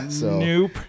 Nope